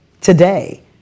today